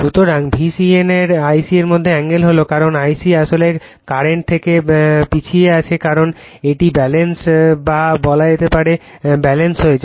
সুতরাং VCN এবং I c এর মধ্যে এ্যাঙ্গেল হল কারণ I c আসলে কারেন্ট এর থেকে পিছিয়ে আছে কারণ এটি ব্যালেন্সড বা বলা যেতে পারে ব্যালেন্স হয়েছে